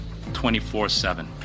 24-7